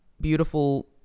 beautiful